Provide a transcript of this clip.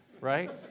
right